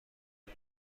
کنم